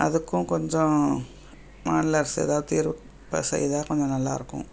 அதுக்கும் கொஞ்சம் நல்ல எதாவது தீர்வு ப செய்தால் கொஞ்சம் நல்லாயிருக்கும்